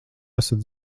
esat